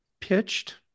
pitched